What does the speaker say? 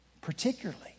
particularly